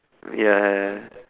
ya